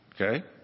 Okay